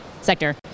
sector